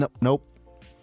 nope